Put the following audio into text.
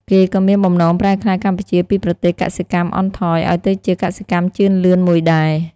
គេក៏មានបំណងប្រែក្លាយកម្ពុជាពីប្រទេសកសិកម្មអន់ថយឱ្យទៅជាកសិកម្មជឿនលឿនមួយដែរ ។